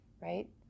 right